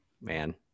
man